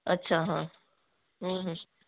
अच्छा हाँ